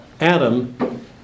Adam